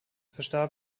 verstarb